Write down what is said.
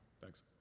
Thanks